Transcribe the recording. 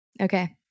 Okay